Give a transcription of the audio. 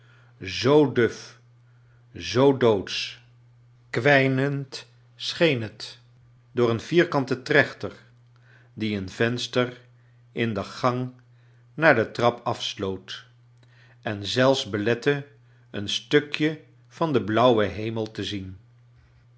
zoo duf zoo doodsch kwijnend scheen het door een vierkanten trcchter die een venster in de gang naar de trap afsloot en zelfs belette een stukje van den blauwen hemel te zien